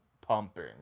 pumping